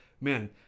man